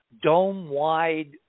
dome-wide